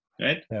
right